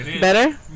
Better